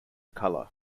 color